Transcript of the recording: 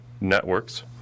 networks